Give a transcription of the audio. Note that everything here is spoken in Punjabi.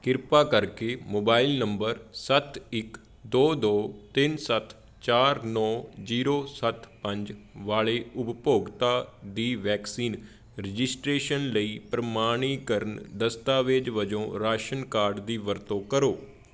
ਕਿਰਪਾ ਕਰਕੇ ਮੋਬਾਈਲ ਨੰਬਰ ਸੱਤ ਇੱਕ ਦੋ ਦੋ ਤਿੰਨ ਸੱਤ ਚਾਰ ਨੌ ਜੀਰੋ ਸੱਤ ਪੰਜ ਵਾਲੇ ਉਪਭੋਗਤਾ ਦੀ ਵੈਕਸੀਨ ਰਜਿਸਟ੍ਰੇਸ਼ਨ ਲਈ ਪ੍ਰਮਾਣੀਕਰਨ ਦਸਤਾਵੇਜ਼ ਵਜੋਂ ਰਾਸ਼ਨ ਕਾਰਡ ਦੀ ਵਰਤੋਂ ਕਰੋ